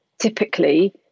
typically